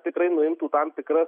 tikrai nuimtų tam tikra